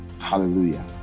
Hallelujah